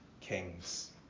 kings